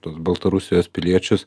tuos baltarusijos piliečius